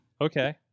okay